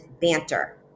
Banter